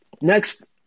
Next